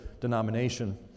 denomination